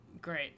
Great